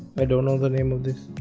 i don't know the name of this